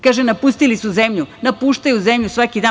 Kaže - napustili su zemlju, napuštaju zemlju svaki dan.